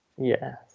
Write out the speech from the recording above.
Yes